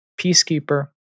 Peacekeeper